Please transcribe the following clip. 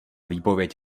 výpověď